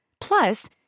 Plus